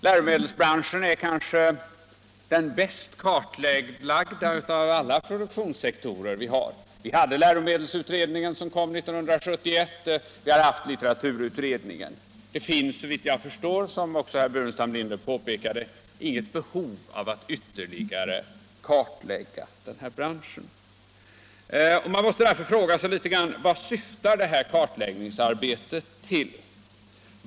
Läromedelsbranschen är emellertid den kanske bäst kartlagda av alla produktionssektorer som vi har. Vi har haft en läromedelsutredning, som lade fram sitt betänkande 1971, och vi har haft en litteraturutredning. Som också herr Burenstam Linder påpekade finns det inget behov av att ytterligare kartlägga denna bransch. Man måste därför fråga vad detta kartläggningsarbete syftar till.